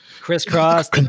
Crisscross